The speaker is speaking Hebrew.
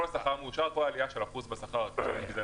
כל עלייה של אחוז בשכר מאושרת על ידי הממונה.